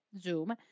zoom